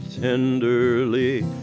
tenderly